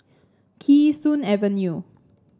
Kee Sun Avenue